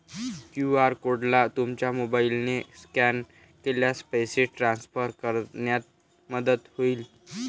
QR कोडला तुमच्या मोबाईलने स्कॅन केल्यास पैसे ट्रान्सफर करण्यात मदत होईल